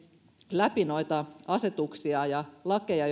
läpi noita asetuksia ja lakeja